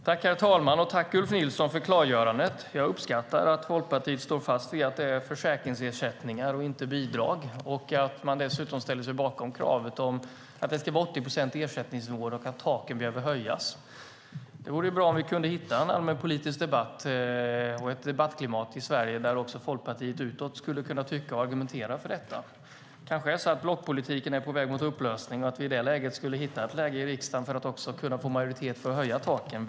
Herr talman! Jag vill tacka Ulf Nilsson för klargörandet här. Jag uppskattar att Folkpartiet står fast vid att det är fråga om försäkringsersättningar, inte bidrag, och att man ställer sig bakom kravet på 80 procents ersättningsnivå och att taken behöver höjas. Det vore bra om vi i en allmänpolitisk debatt kunde hitta ett debattklimat i Sverige där också Folkpartiet utåt skulle kunna tycka och argumentera för detta. Det är kanske så att blockpolitiken är på väg mot en upplösning och att vi då skulle hitta ett läge i riksdagen för att få en majoritet även för att höja taken.